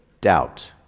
Doubt